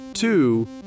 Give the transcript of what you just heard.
Two